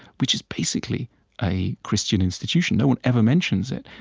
which is basically a christian institution. no one ever mentions it,